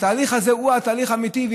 התהליך הזה הוא התהליך האמיתי,